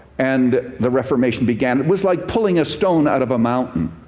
and the reformation began. it was like pulling a stone out of a mountain.